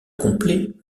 complet